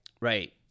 Right